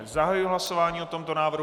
Zahajuji hlasování o tomto návrhu.